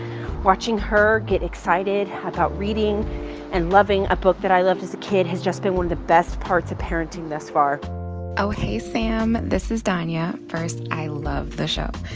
watching her get excited about reading and loving a book that i loved as a kid has just been one of the best parts of parenting thus far oh, hey, sam. this is danya. first, i love the show.